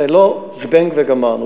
זה לא "זבנג וגמרנו",